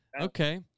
okay